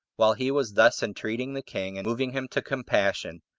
while he was thus entreating the king, and moving him to compassion,